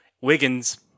Wiggins